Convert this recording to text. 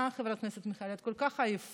מה, חברת הכנסת מיכאלי, את כל כך עייפה.